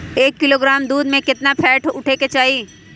एक किलोग्राम दूध में केतना फैट उठे के चाही?